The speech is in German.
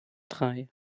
drei